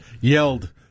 yelled